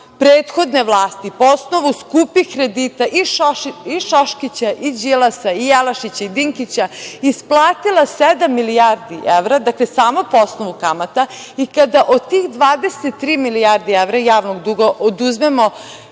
prethodne vlasti, po osnovu skupih kredita i Šoškića i Đilasa i Jelašića i Dinkića, isplatila sedam milijardi evra, dakle, samo po osnovu kamata i kada od tih 23 milijardi evra javnog duga oduzmemo